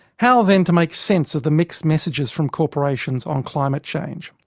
how then to make sense of the mixed messages from corporations on climate change?